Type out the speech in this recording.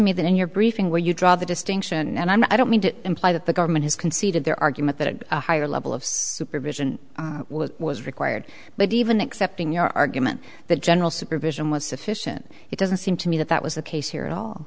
me that in your briefing where you draw the distinction and i don't mean to imply that the government has conceded their argument that a higher level of supervision was required but even accepting your argument that general supervision was sufficient it doesn't seem to me that that was the case here in all